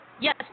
Yes